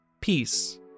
peace